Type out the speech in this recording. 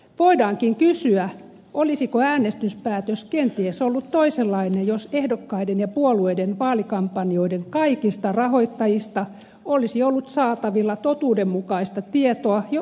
voidaankin kysyä olisiko äänestyspäätös kenties ollut toisenlainen jos ehdokkaiden ja puolueiden vaalikampanjoiden kaikista rahoittajista olisi ollut saatavilla totuudenmukaista tietoa jo äänestyshetkellä